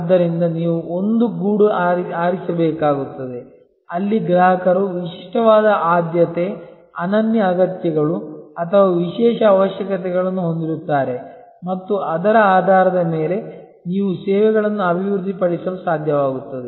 ಆದ್ದರಿಂದ ನೀವು ಒಂದು ಗೂಡು ಆರಿಸಬೇಕಾಗುತ್ತದೆ ಅಲ್ಲಿ ಗ್ರಾಹಕರು ವಿಶಿಷ್ಟವಾದ ಆದ್ಯತೆ ಅನನ್ಯ ಅಗತ್ಯಗಳು ಅಥವಾ ವಿಶೇಷ ಅವಶ್ಯಕತೆಗಳನ್ನು ಹೊಂದಿರುತ್ತಾರೆ ಮತ್ತು ಅದರ ಆಧಾರದ ಮೇಲೆ ನೀವು ಸೇವೆಗಳನ್ನು ಅಭಿವೃದ್ಧಿಪಡಿಸಲು ಸಾಧ್ಯವಾಗುತ್ತದೆ